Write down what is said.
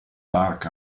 dark